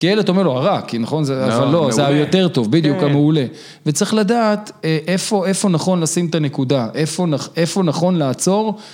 כי אלת אומרת לו, הרע, כי נכון, אבל לא, זה היה יותר טוב, בדיוק כמה הוא עולה. וצריך לדעת איפה נכון לשים את הנקודה, איפה נכון לעצור.